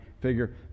figure